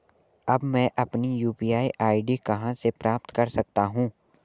अब मैं अपनी यू.पी.आई आई.डी कहां से प्राप्त कर सकता हूं?